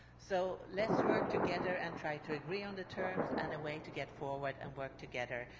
so let's work together and try to agree on the terms and a way to get forward and work together.